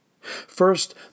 First